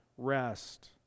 rest